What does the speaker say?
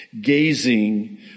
gazing